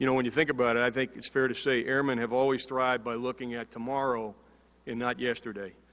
you know when you think about it, i think it's fair to say, airmen have always thrived by looking at tomorrow and not yesterday.